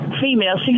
female